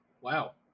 Wow